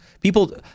People